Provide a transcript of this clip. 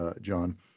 John